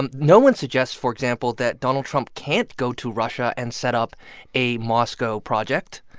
um no one suggests, for example, that donald trump can't go to russia and set up a moscow project.